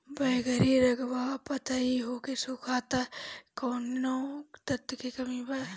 बैगरी रंगवा पतयी होके सुखता कौवने तत्व के कमी बा?